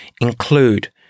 include